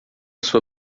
sua